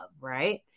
right